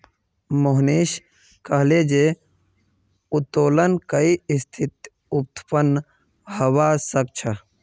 मोहनीश कहले जे उत्तोलन कई स्थितित उत्पन्न हबा सख छ